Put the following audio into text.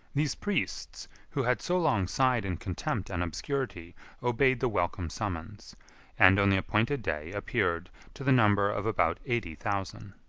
these priests, who had so long sighed in contempt and obscurity obeyed the welcome summons and, on the appointed day, appeared, to the number of about eighty thousand.